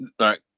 Right